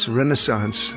renaissance